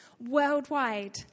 Worldwide